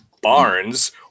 Barnes